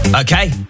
Okay